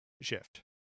shift